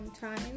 time